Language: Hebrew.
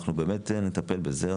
אנחנו באמת נטפל בזה.